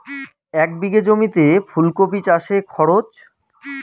এক বিঘে জমিতে ফুলকপি চাষে খরচ?